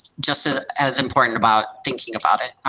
just as important about thinking about it.